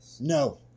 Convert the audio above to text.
No